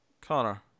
Connor